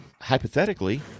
hypothetically